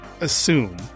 assume